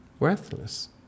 Worthless